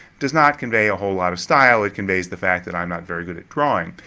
does not convey a whole lot of style. it conveys the fact that i'm not very good at drawing.